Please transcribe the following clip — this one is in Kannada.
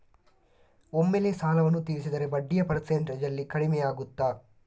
ಒಮ್ಮೆಲೇ ಸಾಲವನ್ನು ತೀರಿಸಿದರೆ ಬಡ್ಡಿಯ ಪರ್ಸೆಂಟೇಜ್ನಲ್ಲಿ ಕಡಿಮೆಯಾಗುತ್ತಾ?